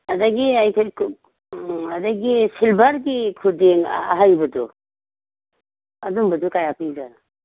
ꯑꯗꯒꯤ ꯑꯗꯒꯤ ꯁꯤꯜꯚꯔꯒꯤ ꯈꯨꯗꯦꯡ ꯑꯍꯩꯕꯗꯣ ꯑꯗꯨꯝꯕꯗꯣ ꯀꯌꯥ ꯄꯤꯔꯤ ꯖꯥꯠꯅꯣ